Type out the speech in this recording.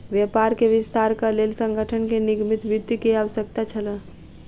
व्यापार के विस्तारक लेल संगठन के निगमित वित्त के आवश्यकता छल